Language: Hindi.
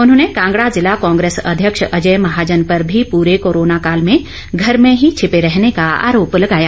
उन्होंने कांगड़ा जिला कांग्रेस अध्यक्ष अजय महाजन पर भी पूरे कोरोना काल में घर में ही छीपे रहने का आरोप लगाया